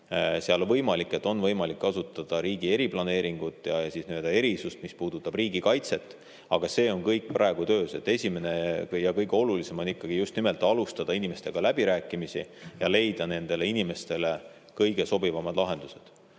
Võimalik, et seal on võimalik kasutada riigi eriplaneeringut ja nii-öelda erisust, mis puudutab riigikaitset. Aga see on kõik praegu töös. Esimene ja kõige olulisem on ikkagi just nimelt alustada inimestega läbirääkimisi ja leida nendele inimestele kõige sobivamad lahendused.